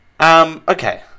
Okay